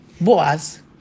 Boaz